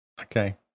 Okay